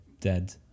Dead